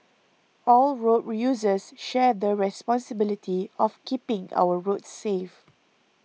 all road users share the responsibility of keeping our roads safe